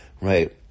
right